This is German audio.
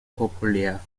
populär